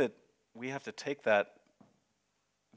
that we have to take that